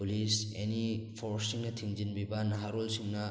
police ꯑꯦꯅꯤ ꯐꯣꯔꯁꯁꯤꯡꯅ ꯊꯤꯡꯖꯤꯟꯕꯤꯕ ꯅꯍꯥꯔꯣꯜꯁꯤꯡꯅ